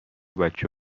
بچه